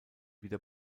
wieder